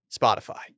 Spotify